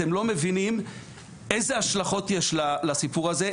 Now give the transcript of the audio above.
אתם לא מבינים איזה השלכות יש לסיפור הזה.